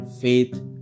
Faith